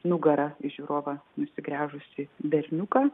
nugara į žiūrovą nusigręžusį berniuką